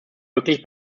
wirklich